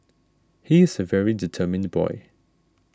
he is a very determined boy